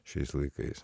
šiais laikais